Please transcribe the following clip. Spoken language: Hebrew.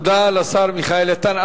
תודה לשר מיכאל איתן.